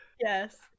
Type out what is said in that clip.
Yes